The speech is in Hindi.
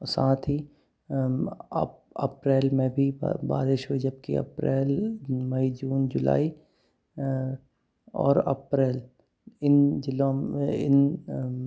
और साथी अप्रैल में भी बारिश हुई जबकि अप्रैल मई जून जुलाई और अप्रैल इन जिलों में इन